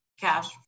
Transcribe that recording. cash